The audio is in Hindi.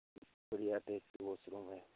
वो शिवम है